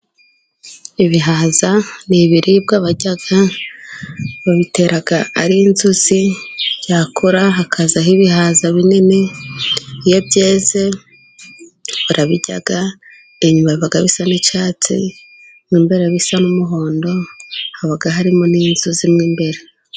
Ibihaza ni ibiribwa barya. Babitera ari inzuzi icyakora hakazaho ibihaza binini. Iyo byeze barabiryaga, inyuma biba bisa n'icyatsi, mo imbere bisa n'umuhondo. Haba harimo n'inzuzi mwo imbere.